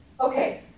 Okay